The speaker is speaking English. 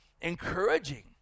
encouraging